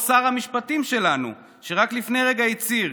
או שר המשפטים שלנו, שרק לפני רגע הצהיר,